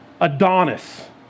Adonis